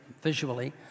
visually